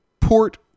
port